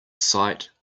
sight